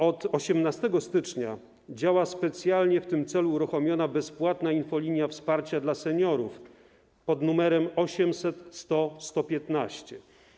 Od 18 stycznia działa specjalnie w tym celu uruchomiona bezpłatna infolinia wsparcia dla seniorów pod numerem 800 100 115.